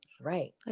Right